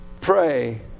Pray